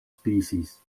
species